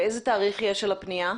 איזה תאריך יש על הפנייה?